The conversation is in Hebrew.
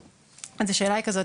אז השאלה היא כזאת,